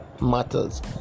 matters